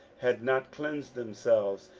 had not cleansed themselves,